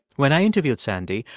when i interviewed sandy,